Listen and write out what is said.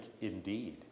indeed